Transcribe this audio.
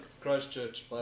Christchurch